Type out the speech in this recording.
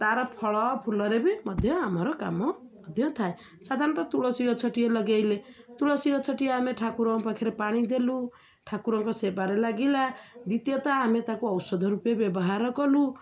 ତା'ର ଫଳ ଫୁଲରେ ବି ମଧ୍ୟ ଆମର କାମ ମଧ୍ୟ ଥାଏ ସାଧାରଣତଃ ତୁଳସୀ ଗଛଟିଏ ଲଗେଇଲେ ତୁଳସୀ ଗଛଟିଏ ଆମେ ଠାକୁରଙ୍କ ପାଖରେ ପାଣି ଦେଲୁ ଠାକୁରଙ୍କ ସେବାରେ ଲାଗିଲା ଦ୍ଵିତୀୟତଃ ଆମେ ତାକୁ ଔଷଧ ରୂପେ ବ୍ୟବହାର କଲୁ